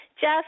Jeff